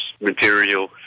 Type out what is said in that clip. material